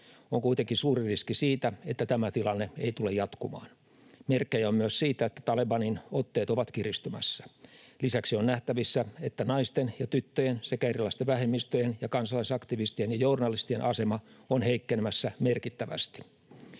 On kuitenkin suuri riski siitä, että tämä tilanne ei tule jatkumaan. Merkkejä on myös siitä, että Talibanin otteet ovat kiristymässä. Lisäksi on nähtävissä, että naisten ja tyttöjen sekä erilaisten vähemmistöjen ja kansalaisaktivistien ja journalistien asema on heikkenemässä merkittävästi.